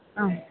आम्